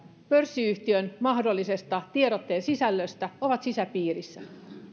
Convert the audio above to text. pörssiyhtiön tiedotteen mahdollisesta sisällöstä ovat sisäpiirissä